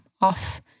off